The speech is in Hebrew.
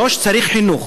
3. צריך חינוך.